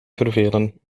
vervelen